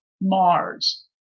Mars